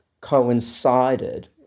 coincided